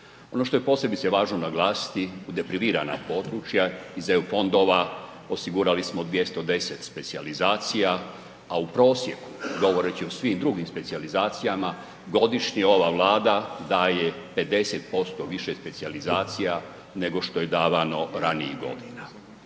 Ono što je posebice važno naglasiti u deprivirana područja iz eu fondova osigurali smo 210 specijalizacija a u prosjeku govoreći o svim drugim specijalizacijama godišnje ova Vlada daje 50% više specijalizacija nego što je davano ranijih godina.